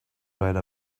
write